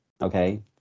Okay